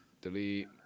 Delete